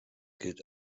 gilt